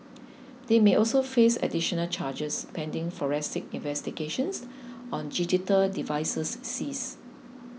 they may also face additional charges pending forensic investigations on digital devices seized